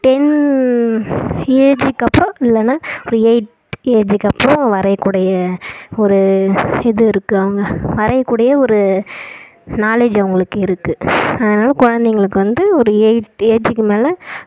ten ஏஜ்ஜுக்கப்புறம் இல்லைன்னா ஒரு எயிட் ஏஜ்ஜுக்கப்புறம் வரையக்கூடிய ஒரு இது இருக்குது அவங்க வரையக்கூடிய ஒரு நாலேஜ் அவங்களுக்கு இருக்குது அதனால் குழந்தைங்களுக்கு வந்து ஒரு எயிட் ஏஜ்ஜுக்கு மேலே